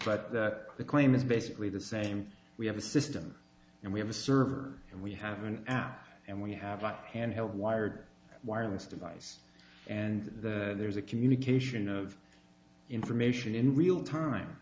plot that the claim is basically the same we have a system and we have a server and we have an app and we have a handheld wired wireless device and there's a communication of information in real time